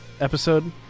episode